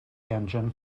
engine